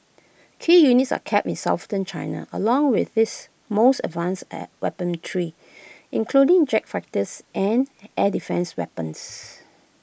key units are kept in southern China along with this most advanced air weapon tree including jet fighters and air defence weapons